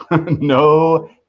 No